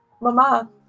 Mama